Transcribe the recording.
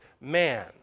man